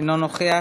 אינו נוכח.